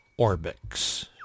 Orbix